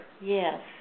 Yes